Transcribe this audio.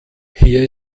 hier